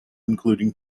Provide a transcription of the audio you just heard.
including